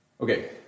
Okay